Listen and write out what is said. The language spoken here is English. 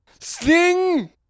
Sting